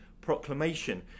proclamation